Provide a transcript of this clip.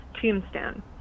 tombstone